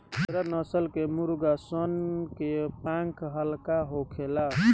दुसरा नस्ल के मुर्गा सन के पांख हल्का होखेला